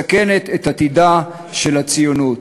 ומסכנת את עתידה של הציונות,